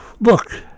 look